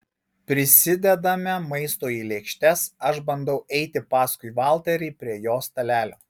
prisidedame maisto į lėkštes aš bandau eiti paskui valterį prie jo stalelio